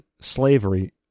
slavery